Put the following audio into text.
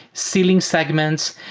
sealing segment,